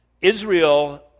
Israel